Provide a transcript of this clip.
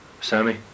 Sammy